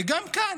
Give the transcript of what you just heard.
וגם כאן.